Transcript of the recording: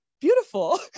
beautiful